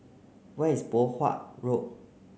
where is Poh Huat Road